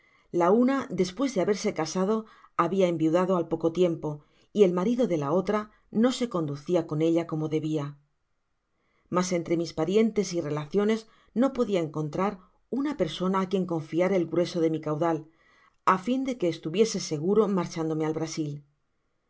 la una despues de haberse casado habia enviudado al peco tie mpo y el marido de la otra no se conducía con ella como debia mas entre mis parientes y relaciones no podia encontrar una persona á quien confiar el grueso de mi caudal á fin de que estuviese seguro marchándome al brasil